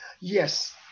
Yes